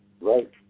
Right